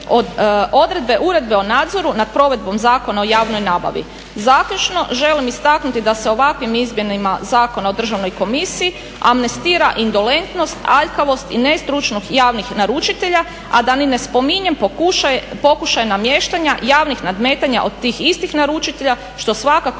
uredbe o nadzoru nad provedbom Zakona o javnoj nabavi. Zaključno želim istaknuti da se ovakvim Izmjenama Zakona o državnoj komisiji amnestira indolentnost, aljkavost i nestručnost javnih naručitelja a da ni ne spominjem pokušaj namještanja javnih nadmetanja od tih istih naručitelja što svakako